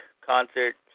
concert